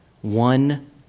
one